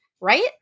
Right